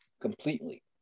completely